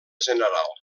general